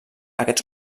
aquests